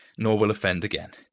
nor will offend again.